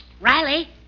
Riley